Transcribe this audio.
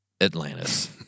Atlantis